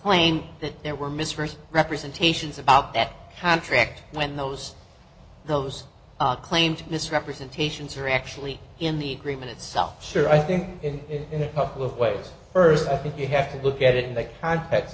claim that there were misread representations about that contract when those those claimed misrepresentations are actually in the treatment itself sure i think in a couple of ways first i think you have to look at it in the context